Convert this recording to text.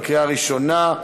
בקריאה ראשונה.